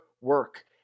work